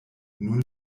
nun